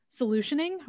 solutioning